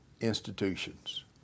institutions